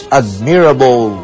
admirable